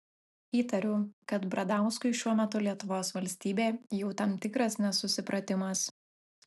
įtariu kad bradauskui šiuo metu lietuvos valstybė jau tam tikras nesusipratimas